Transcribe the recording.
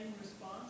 response